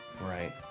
Right